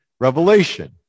revelation